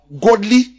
godly